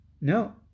No